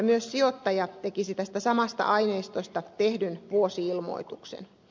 myös sijoittaja tekisi tästä samasta aineistosta tehdyn vuosi ilmoituksen